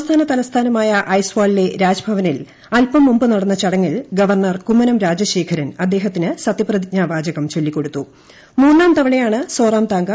സംസ്ഥാനതലസ്ഥാനമായ ഐസാളിലെ രാജ്ഭവനിൽ അൽപം മുമ്പ് നടന്ന ചടങ്ങിൽ ഗവർണർ കുമ്മനം രാജശേഖരൻ അദ്ദേഹത്തിന് സത്യപ്രതിജ്ഞാ വാചകം മൂന്നാംതവണയാണ് സോറാം ചൊല്ലികൊടുത്തു